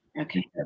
Okay